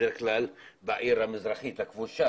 בעיר המזרחית הכבושה.